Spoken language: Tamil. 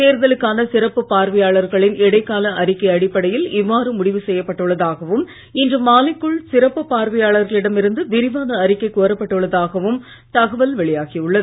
தேர்தலுக்கான சிறப்பு பார்வையாளர்களின் இடைக்கால அறிக்கை அடிப்படையில் இவ்வாறு முடிவு செய்யப்பட்டுள்ளதாகவும் இன்று மாலைக்குள் சிறப்பு பார்வையாளர்களிடம் இருந்து விரிவான அறிக்கை கோரப்பட்டுள்ளதாகவும் தகவல் வெளியாகி உள்ளது